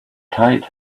tied